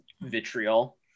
vitriol